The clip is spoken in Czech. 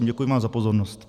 Děkuji vám za pozornost.